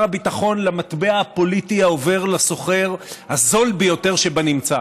הביטחון למטבע הפוליטי העובר לסוחר הזול ביותר שבנמצא.